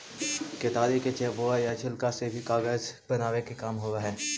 केतारी के चेपुआ या छिलका से भी कागज बनावे के काम होवऽ हई